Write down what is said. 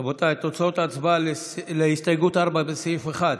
רבותיי, תוצאות ההצבעה להסתייגות 4, לסעיף 1: